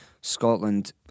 Scotland